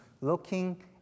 looking